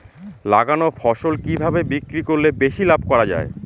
লাগানো ফসল কিভাবে বিক্রি করলে বেশি লাভ করা যায়?